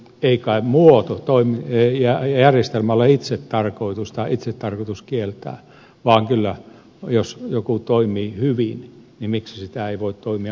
ei kai muoto ja järjestelmä ole itsetarkoitus tai kieltäminen itsetarkoitus vaan kyllä jos joku toimii hyvin miksi se ei voi toimia